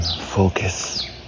focus